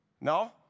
No